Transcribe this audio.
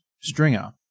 Stringer